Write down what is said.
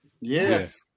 Yes